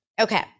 Okay